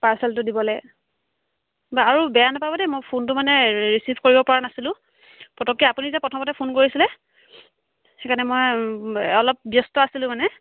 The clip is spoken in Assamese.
পাৰ্চেলটো দিবলৈ বা আৰু বেয়া নাপাব দেই মই ফোনটো মানে ৰিচিভ কৰিব পৰা নাছিলোঁ পতককৈ আপুনি যে প্ৰথমতে ফোন কৰিছিলে সেইকাৰণে মই অলপ ব্যস্ত আছিলোঁ মানে